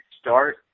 start